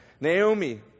Naomi